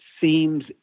seems